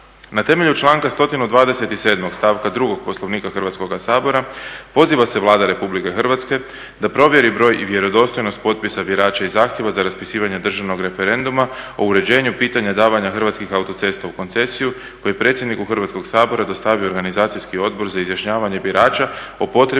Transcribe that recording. "Na temelju članka 127. stavka 2. Poslovnika Hrvatskoga sabora poziva se Vlada Republike Hrvatske da provjeri broj i vjerodostojnost potpisa birača i zahtjeva za raspisivanje državnog referenduma o uređenju pitanja davanja Hrvatskih autocesta u koncesiju koji je predsjedniku Hrvatskoga Sabora dostavi Organizacijski odbor za izjašnjavanje birača o potrebi